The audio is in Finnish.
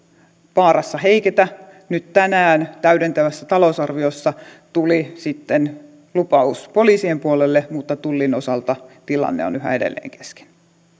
vaarassa heiketä nyt tänään täydentävässä talousarviossa tuli sitten lupaus poliisien puolelle mutta tullin osalta tilanne on yhä edelleen kesken